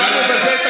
אתה לא מתבייש,